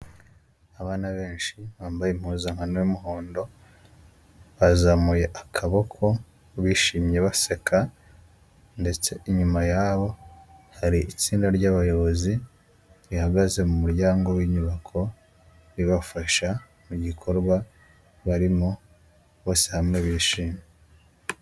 Abana benshi bambaye impuzankano y'umuhondo bazamuye akaboko bishimye baseka, ndetse inyuma yabo hari itsinda ry'abayobozi rihagaze mu muryango w'inyubako, ribafasha mu gikorwa barimo bose hamwe bishimye.